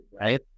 right